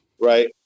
Right